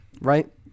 right